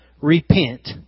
repent